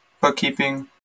bookkeeping